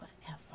forever